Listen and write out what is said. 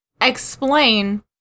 explain